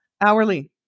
Hourly